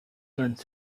learns